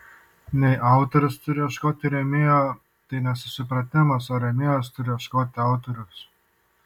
ne autorius turi ieškoti rėmėjo tai nesusipratimas o rėmėjas turi ieškoti autoriaus